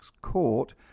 Court